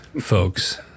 folks